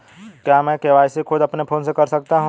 क्या मैं के.वाई.सी खुद अपने फोन से कर सकता हूँ?